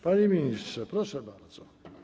Panie ministrze, proszę bardzo.